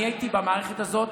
אני הייתי במערכת הזאת